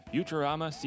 Futurama